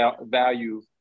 value